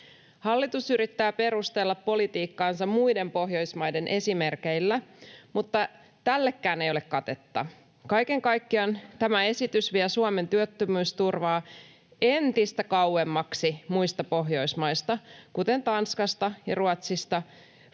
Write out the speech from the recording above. Hallitus yrittää perustella politiikkaansa muiden Pohjoismaiden esimerkeillä, mutta tällekään ei ole katetta. Kaiken kaikkiaan tämä esitys vie Suomen työttömyysturvaa entistä kauemmaksi muista Pohjoismaista, kuten Tanskasta ja Ruotsista,